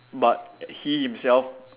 but he himself